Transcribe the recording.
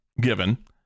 given